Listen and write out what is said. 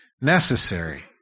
necessary